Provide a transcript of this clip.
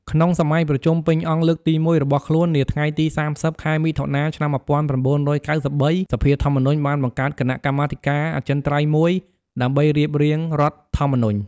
ក្នុងសម័យប្រជុំពេញអង្គលើកទី១ របស់ខ្លួន នាថ្ងៃទី៣០ ខែមិថុនា ឆ្នាំ១៩៩៣ សភាធម្មនុញ្ញបានបង្កើតគណៈកម្មាធិការអចិន្ត្រៃយ៍មួយ ដើម្បីរៀបរៀងរដ្ឋធម្មនុញ្ញ។